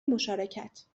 مشارکت